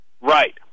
Right